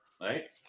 right